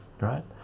right